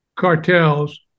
cartels